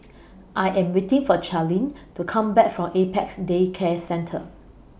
I Am waiting For Charline to Come Back from Apex Day Care Centre